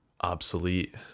obsolete